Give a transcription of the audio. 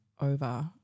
over